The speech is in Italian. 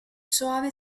soave